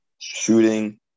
Shooting